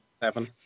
seven